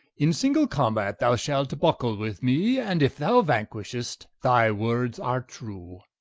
in single combat thou shalt buckle with me and if thou vanquishest, thy words are true,